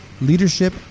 leadership